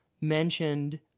mentioned